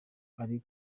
ari